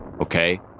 okay